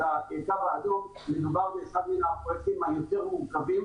את הקו האדום מדובר באחד מהפרויקטים היותר מורכבים.